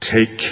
Take